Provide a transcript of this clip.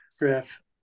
ref